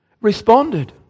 responded